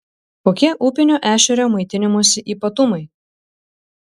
kokie upinio ešerio maitinimosi ypatumai